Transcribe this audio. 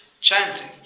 chanting